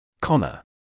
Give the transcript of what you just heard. Connor